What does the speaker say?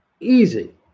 Easy